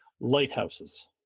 Lighthouses